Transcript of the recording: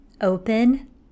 open